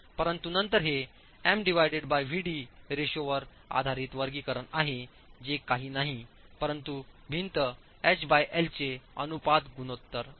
परंतु नंतर हे MVd रेशोवर आधारित वर्गीकरण आहे जे काही नाही परंतु भिंत hl चे अनुपात गुणोत्तर आहे